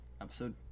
episode